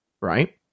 right